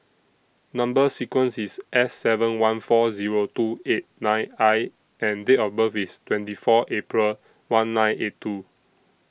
Number sequence IS S seven one four Zero two eight nine I and Date of birth IS twenty four April one nine eight two